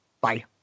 Bye